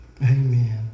Amen